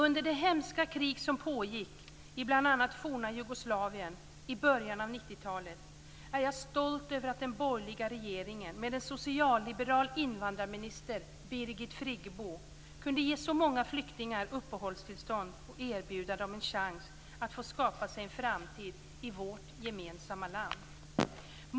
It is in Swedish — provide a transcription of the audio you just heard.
Under det hemska krig som pågick i bl.a. forna Jugoslavien i början av 90-talet är jag stolt över att den borgerliga regeringen med en socialliberal invandrarminister - Birgit Friggebo - kunde ge så många flyktingar uppehållstillstånd och erbjuda dem en chans att få skapa sig en framtid i vårt gemensamma land.